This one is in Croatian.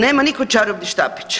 Nema nitko čarobni štapić.